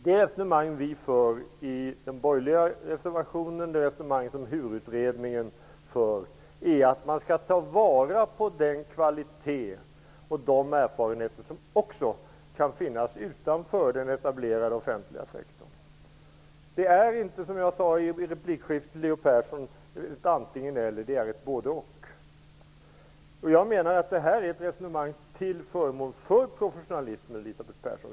Det resonemang som vi i den borgerliga reservationen och som HUR-utredningen för är att man skall ta vara på den kvalitet och de erfarenheter som också kan finnas utanför den etablerade offentliga sektorn. Som jag sade i replikskiftet med Leo Persson är det inte frågan om ett antingen--eller utan ett både-- och. Detta är ett resonemang till förmån för professionalismen, Elisabeth Persson.